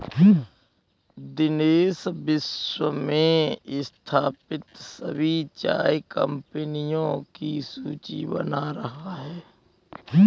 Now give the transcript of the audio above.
दिनेश विश्व में स्थापित सभी चाय कंपनियों की सूची बना रहा है